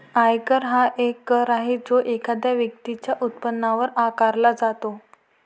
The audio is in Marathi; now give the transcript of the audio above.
आयकर हा एक कर आहे जो एखाद्या व्यक्तीच्या उत्पन्नावर आकारला जातो